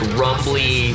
rumbly